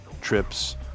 trips